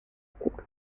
oscuro